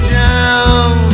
down